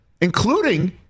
Including